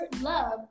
love